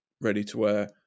ready-to-wear